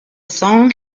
song